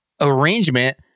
arrangement